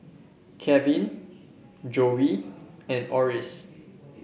Calvin Zoie and Orris